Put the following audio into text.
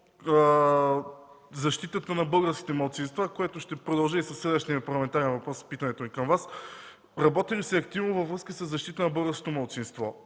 защитата на българските малцинства, което ще продължи и със следващият ми парламентарен въпрос в питането ми към Вас: работи ли се активно във връзка със защита на българското малцинство